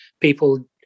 people